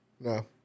No